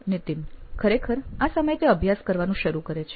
નીતિન ખરેખર આ સમયે તે અભ્યાસ કરવાનું શરૂ કરે છે